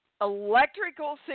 electrical